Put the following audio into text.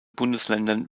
bundesländern